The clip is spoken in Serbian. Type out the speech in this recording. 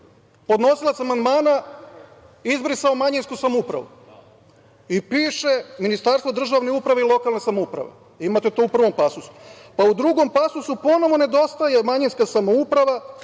podnosilac amandmana izbrisao „manjinsku samoupravu“ i piše „ministarstvo državne uprave i lokalne samouprave“. Imate to u pravom pasusu.U drugom pasusu ponovo nedostaje „manjinska samouprava“,